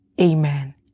Amen